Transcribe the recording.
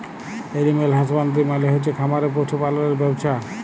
animal husbandry মালে হচ্ছে খামারে পশু পাললের ব্যবছা